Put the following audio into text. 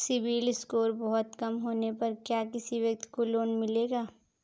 CIBIL score बहुत कम होने पर क्या किसी व्यक्ति को लोंन मिलेगा?